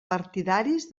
partidaris